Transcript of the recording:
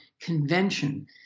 convention